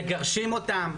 מגרשים אותן,